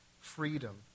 freedom